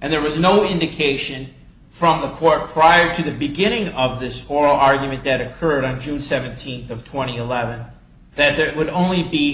and there was no indication from the court prior to the beginning of this four argument that occurred on june seventeenth of twenty eleven that there would only be